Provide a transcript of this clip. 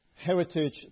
heritage